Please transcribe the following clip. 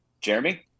Jeremy